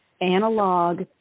Analog